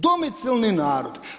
Domicilni narod.